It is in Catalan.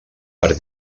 per